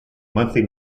monthly